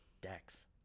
decks